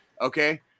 okay